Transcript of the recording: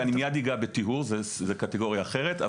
אני מייד אגע בטיהור, זו קטגוריה אחרת.